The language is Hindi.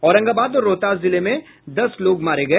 औरंगाबाद और रोहतास जिलों में दस लोग मारे गए